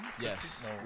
Yes